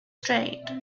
strained